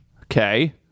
Okay